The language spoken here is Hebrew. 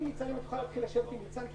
(הישיבה נפסקה בשעה 10:55 ונתחדשה בשעה 11:00.)